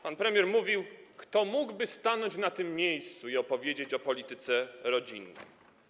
Pan premier zastanawiał się, kto mógłby stanąć w tym miejscu i opowiedzieć o polityce rodzinnej.